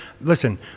listen